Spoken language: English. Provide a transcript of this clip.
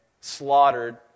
slaughtered